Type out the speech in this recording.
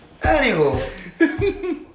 Anywho